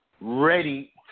ready